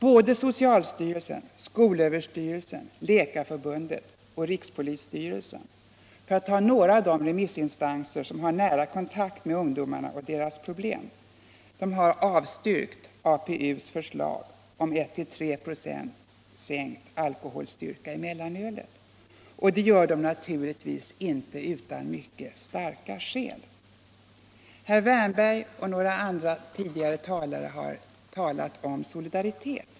Både socialstyrelsen, skolöverstyrelsen, Läkarförbundet och rikspolisstyrelsen, för att ta några av de remissinstanser som har nära kontakt med ungdomar och deras problem, har avstyrkt APU:s förslag om en till 3 96 sänkt alkoholstyrka i mellanölet. Och de gör det naturligtvis inte utan starka skäl. Herr Wärnberg och några andra tidigare talare har talat om solidaritet.